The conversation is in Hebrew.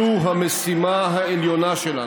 אי-אפשר להילחם בטרור, זו המשימה העליונה שלנו.